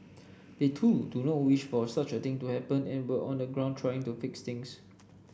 they too do not wish for such a thing to happen and were on the ground trying to fix things